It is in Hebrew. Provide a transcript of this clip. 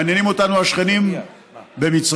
מעניינים אותנו השכנים במצרים,